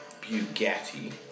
Bugatti